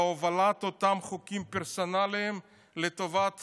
בהובלת אותם חוקים פרסונליים לטובת